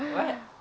what